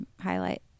highlight